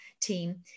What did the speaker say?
team